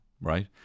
right